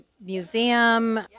museum